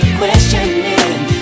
questioning